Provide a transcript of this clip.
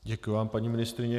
Děkuji vám, paní ministryně.